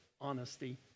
honesty